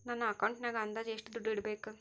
ನನ್ನ ಅಕೌಂಟಿನಾಗ ಅಂದಾಜು ಎಷ್ಟು ದುಡ್ಡು ಇಡಬೇಕಾ?